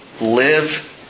live